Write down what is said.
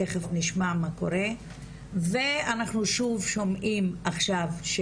תיכף נשמע מה קורה ואנחנו שוב שומעים עכשיו,